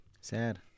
Sad